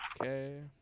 Okay